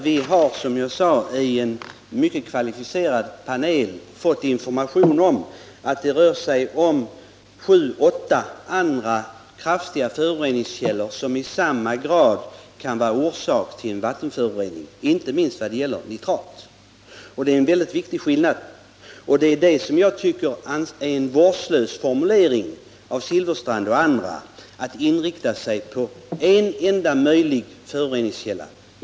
Vi har, som jag sade, i en mycket kvalificerad panel fått information om att sju eller åtta andra kraftiga föroreningskällor i samma grad kan vara orsak till en vattenförorening, inte minst när det gäller Därför tycker jag att Bengt Silfverstrand och andra gör sig skyldiga till en vårdslös formulering när de inriktar sig på en enda möjlig föroreningskälla, nämligen handelsgödseln.